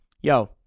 Yo